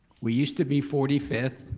we use to be forty fifth,